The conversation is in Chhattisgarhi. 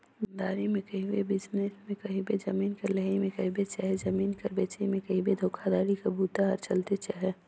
दुकानदारी में कहबे, बिजनेस में कहबे, जमीन कर लेहई में कहबे चहे जमीन कर बेंचई में कहबे धोखाघड़ी कर बूता हर चलते अहे